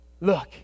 look